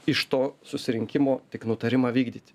iš to susirinkimo tik nutarimą vykdyti